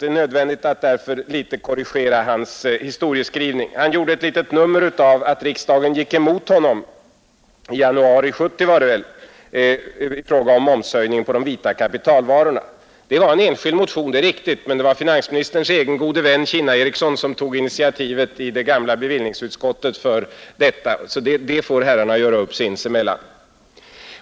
Det är därför nödvändigt att något revidera hans historieskrivning. Han gjorde ett litet nummer av att riksdagen gick emot honom — i januari 1970 var det väl — i fråga om momshöjningen på de vita kapitalvarorna. Det är riktigt att det var en enskild motion som bifölls, men det var finansministerns gode vän Kinna-Eriecsson som tog initiativet i det gamla bevillningsutskottet, så det får herrarna göra upp sinsemellan.